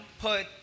put